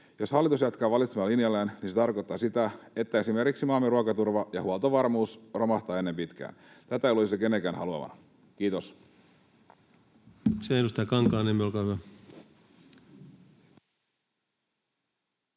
Jos hallitus jatkaa valitsemallaan linjalla, niin se tarkoittaa sitä, että esimerkiksi maamme ruokaturva ja huoltovarmuus romahtavat ennen pitää. Tätä ei luulisi kenenkään haluavan. — Kiitos.